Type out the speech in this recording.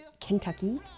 Kentucky